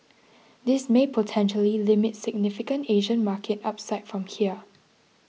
this may potentially limit significant Asian market upside from here